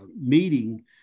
meeting